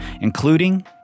including